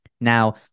Now